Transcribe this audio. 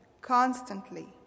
constantly